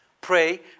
pray